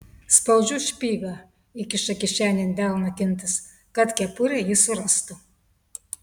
spaudžiu špygą įkiša kišenėn delną kintas kad kepurę ji surastų